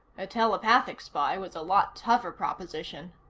a telepathic spy was a lot tougher proposition.